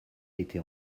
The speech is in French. été